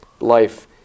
life